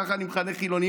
ככה אני מכנה חילונים,